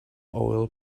oil